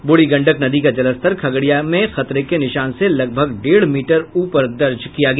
ब्रूढ़ी गंडक नदी का जलस्तर खगड़िया में खतरे के निशान से लगभग डेढ़ मीटर ऊपर दर्ज किया गया